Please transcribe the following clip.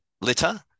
litter